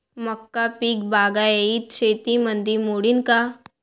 मका पीक बागायती शेतीमंदी मोडीन का?